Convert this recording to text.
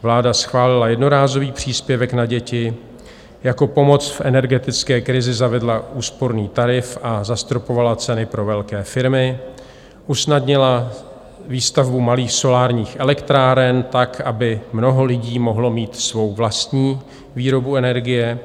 Vláda schválila jednorázový příspěvek na děti, jako pomoc v energetické krizi zavedla úsporný tarif a zastropovala ceny pro velké firmy, usnadnila výstavbu malých solárních elektráren, tak aby mnoho lidí mohlo mít svou vlastní výrobu energie.